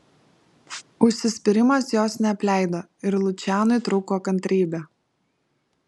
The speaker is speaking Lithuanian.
užsispyrimas jos neapleido ir lučianui trūko kantrybė